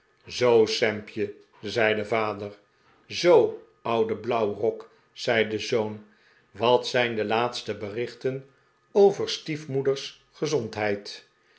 zoo sampje zei de vader zoo oude blauwrok zei de zoon wat zijn de laatste berichten over stiefmoeders gezondheid